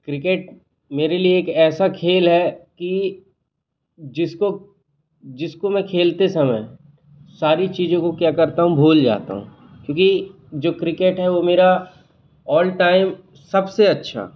cricket मेरे लिए एक ऐसा खेल है कि जिसको जिसको मैं खेलते समय सारी चीज़ों को क्या करता हूँ भूल जाता हूँ क्योंकि जो क्रिकेट है वो मेरा ऑल टाइम सब से अच्छा